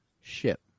ship